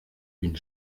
une